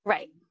Right